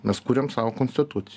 mes kuriam savo konstituc